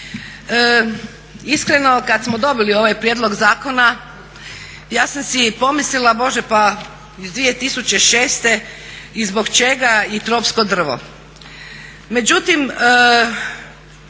Iskreno kad smo dobili ovaj prijedlog zakona ja sam si pomislila Bože pa iz 2006. i zbog čega i tropsko drvo. Međutim,